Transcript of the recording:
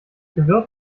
gewirr